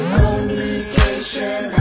Communication